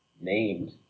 named